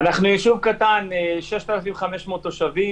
אנחנו ישוב קטן עם 6,500 תושבים,